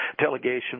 delegation